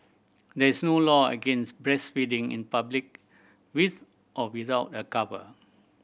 there is no law against breastfeeding in public with or without a cover